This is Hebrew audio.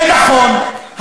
ונכון,